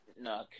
No